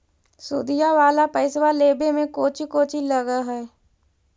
सुदिया वाला पैसबा लेबे में कोची कोची लगहय?